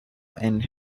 and